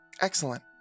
Excellent